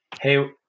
Hey